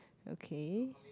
okay